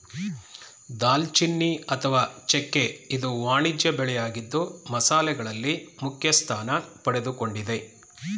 ದಾಲ್ಚಿನ್ನಿ ಅಥವಾ ಚೆಕ್ಕೆ ಇದು ವಾಣಿಜ್ಯ ಬೆಳೆಯಾಗಿದ್ದು ಮಸಾಲೆಗಳಲ್ಲಿ ಮುಖ್ಯಸ್ಥಾನ ಪಡೆದುಕೊಂಡಿದೆ